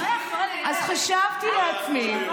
אז חשבתי לעצמי,